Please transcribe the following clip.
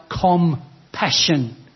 compassion